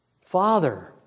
Father